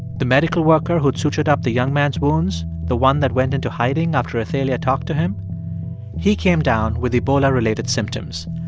the medical worker who'd sutured up the young man's wounds, the one that went into hiding after athalia talked to him he came down with ebola-related symptoms.